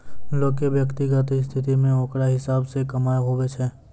लोग के व्यक्तिगत स्थिति मे ओकरा हिसाब से कमाय हुवै छै